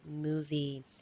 movie